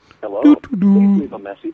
Hello